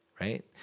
right